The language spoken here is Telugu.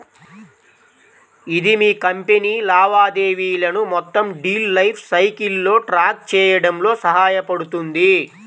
ఇది మీ కంపెనీ లావాదేవీలను మొత్తం డీల్ లైఫ్ సైకిల్లో ట్రాక్ చేయడంలో సహాయపడుతుంది